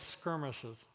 skirmishes